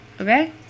okay